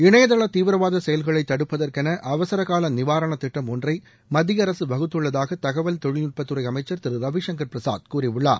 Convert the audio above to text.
இணையதள தீவிரவாத செயல்களை தடுப்பதற்கென அவசர கால நிவாரண திட்டம் ஒன்றை மத்தியஅரசு வகுத்துள்ளதாக தகவல் தொழில்நட்பத்துறை அமைச்சர் திரு ரவிசங்கர் பிரசாத் கூறியுள்ளார்